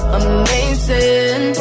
amazing